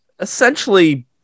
essentially